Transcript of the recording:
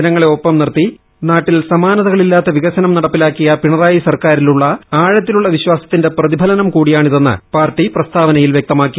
ജനങ്ങളെ ഒപ്പം നിർത്തി നാട്ടിൽ സമാനതകളില്ലാത്ത വികസനം നടപ്പിലാക്കിയ പിണറായി സർക്കാരിലുള്ള ആഴത്തിലുള്ള വിശ്വാസത്തിന്റെ പ്രതിഫലനം കൂടിയാണിതെന്ന് പാർട്ടി പ്രസ്താവനയിൽ വൃക്തമാക്കി